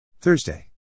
Thursday